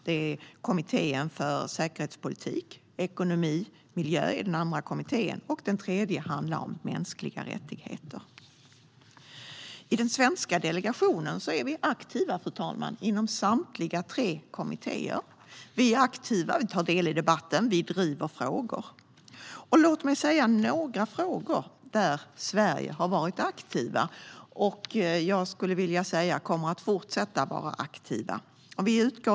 Det är kommittén för säkerhetspolitik, kommittén för ekonomi och miljö och kommittén för mänskliga rättigheter. Den svenska delegationen är aktiv i samtliga tre kommittéer. Vi tar del i debatten och driver frågor. Låt mig nämna några frågor där Sverige har varit aktivt och kommer att fortsätta att vara aktiva.